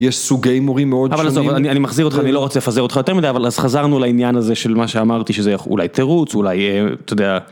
יש סוגי מורים מאוד שונים. אבל עזוב, אבל אני מחזיר אותך, אני לא רוצה לפזר אותך יותר מדי, אבל חזרנו לעניין הזה של מה שאמרתי, שזה אולי תירוץ, אולי אתה יודע.